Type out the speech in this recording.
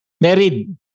Married